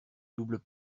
doubles